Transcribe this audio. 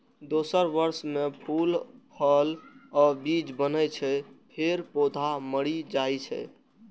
दोसर वर्ष मे फूल, फल आ बीज बनै छै, फेर पौधा मरि जाइ छै